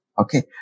Okay